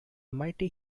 mighty